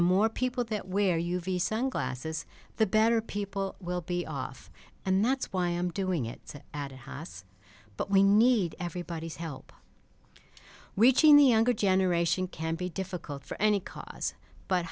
the more people that wear u v sunglasses the better people will be off and that's why i'm doing it at a hass but we need everybody's help reaching the younger generation can be difficult for any cause but